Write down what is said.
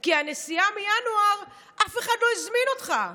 כי לנסיעה מינואר אף אחד לא הזמין אותך.